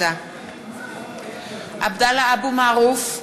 (קוראת בשמות חברי הכנסת) עבדאללה אבו מערוף,